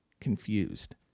confused